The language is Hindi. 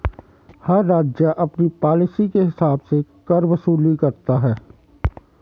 हर राज्य अपनी पॉलिसी के हिसाब से कर वसूली करता है